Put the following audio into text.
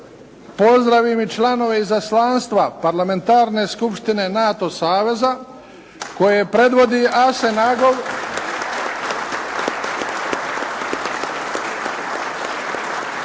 pozdravim i članove Izaslanstva Parlamentarne skupštine NATO saveza koje predvodi Asen Agov,